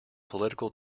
political